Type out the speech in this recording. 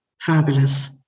fabulous